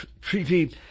treaty